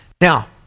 Now